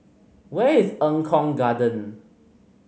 where is Eng Kong Garden